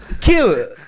kill